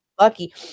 lucky